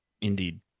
Indeed